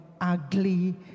ugly